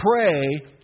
pray